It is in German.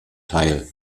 teil